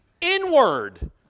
Inward